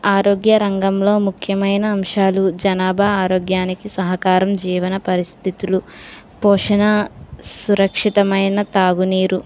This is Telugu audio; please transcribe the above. ఆరోగ్య రంగంలో ముఖ్యమైన అంశాలు జనాభా ఆరోగ్యానికి సహకారం జీవన పరిస్థితులు పోషణ సురక్షితమైన తాగునీరు